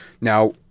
now